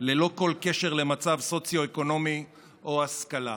ללא כל קשר למצב סוציו-אקונומי או השכלה.